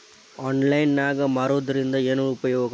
Online ನಾಗ್ ಮಾರೋದ್ರಿಂದ ಏನು ಉಪಯೋಗ?